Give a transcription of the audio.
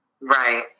Right